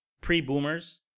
pre-boomers